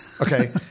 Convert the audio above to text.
Okay